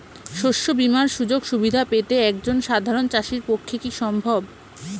শস্য বীমার সুযোগ সুবিধা পেতে একজন সাধারন চাষির পক্ষে কি সম্ভব?